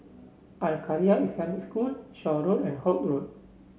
Al Khairiah Islamic School Shaw Road and Holt Road